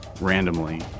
randomly